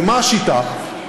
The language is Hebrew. ומה השיטה?